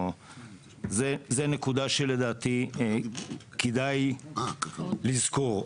זו נקודה שלדעתי כדאי לזכור.